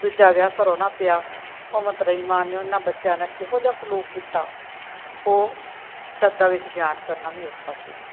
ਦੂਜਾ ਵਿਆਹ ਕਰਵਾਉਣਾ ਪਿਆ ਉਹ ਮਤਰੇਈ ਮਾਂ ਨੇ ਉਹਨਾਂ ਬੱਚਿਆਂ ਨਾ ਕਿਹੋ ਜਿਹਾ ਸਲੂਕ ਕੀਤਾ ਉਹ ਸ਼ਬਦਾਂ ਵਿੱਚ ਬਿਆਨ ਕਰਨਾ ਵੀ ਔਖਾ ਸੀ